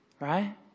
Right